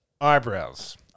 Eyebrows